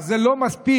אך זה לא מספיק,